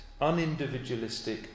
unindividualistic